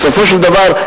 בסופו של דבר,